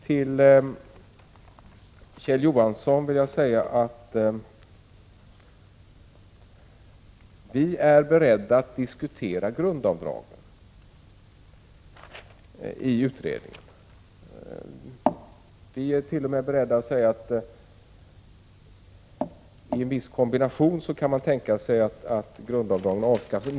Till Kjell Johansson vill jag säga att vi är beredda att diskutera grundavdragen i utredningen. Vi är t.o.m. beredda att tänka oss att man, i viss kombination, kan avskaffa grundavdragen.